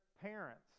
parents